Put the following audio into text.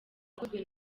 yakozwe